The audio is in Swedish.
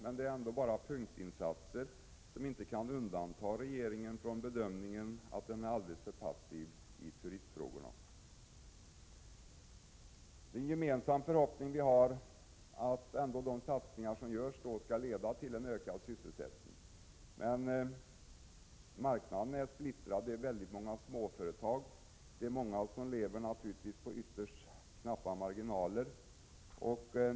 Men det är bara punktinsatser, som inte kan leda till någon annan bedömning än att regeringen är alldeles för passiv i turistfrågorna. Vi har en gemensam förhoppning att de satsningar som görs ändå skall leda till en ökning av sysselsättningen. Men marknaden är splittrad, det finns många småföretag. Många lever naturligtvis med ytterst knappa marginaler.